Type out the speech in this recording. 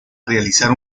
realizar